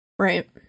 Right